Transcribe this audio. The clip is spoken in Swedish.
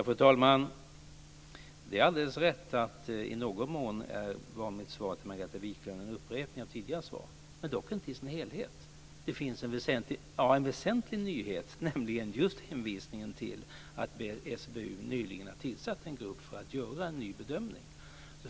Fru talman! Det är alldeles rätt att mitt svar till Margareta Viklund i någon mån var en upprepning av tidigare svar, dock inte i sin helhet. Det finns en väsentlig nyhet, nämligen just hänvisningen till att SBU nyligen har tillsatt en grupp för att göra en ny bedömning.